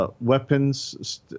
Weapons